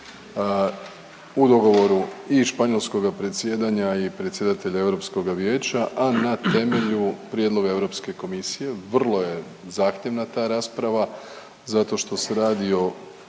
u dogovoru i španjolskoga predsjedanja i predsjedatelja Europskoga vijeća, a na temelju prijedloga Europske komisije. Vrlo je zahtjevna ta rasprava zato što se radi o